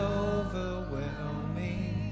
overwhelming